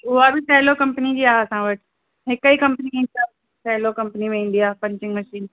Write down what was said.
उहा बि सेलो कंपनी जी आहे असां वटि हिकु ई कंपनी जी आहे सेलो कंपनी में ईंदी आहे पंचिंग मशीन